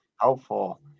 helpful